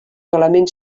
elements